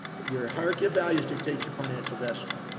your hierarchy of values dictate your financial destiny.